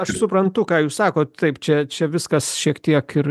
aš suprantu ką jūs sakot taip čia čia viskas šiek tiek ir